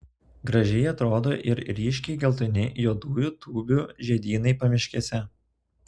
gražiai atrodo ir ryškiai geltoni juodųjų tūbių žiedynai pamiškėse